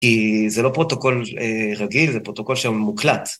כי זה לא פרוטוקול רגיל, זה פרוטוקול שהוא מוקלט.